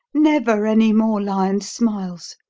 never any more lion's smiles.